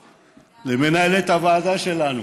למנהלת הוועדה שלנו,